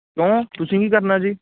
ਕਿਉਂ ਤੁਸੀਂ ਕੀ ਕਰਨਾ ਜੀ